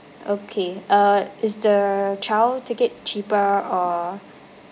okay uh is the child ticket cheaper or